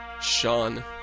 Sean